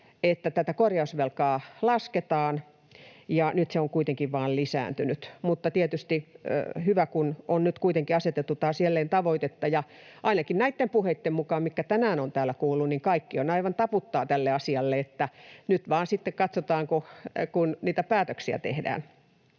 että tätä korjausvelkaa lasketaan, ja nyt se on kuitenkin vain lisääntynyt. Mutta on tietysti hyvä, että nyt on kuitenkin taas jälleen asetettu tavoite, ja ainakin näitten puheitten mukaan, mitkä tänään olen täällä kuullut, kaikki aivan taputtavat tälle asialle — nyt vain sitten katsotaan, miten käy, kun niitä päätöksiä tehdään.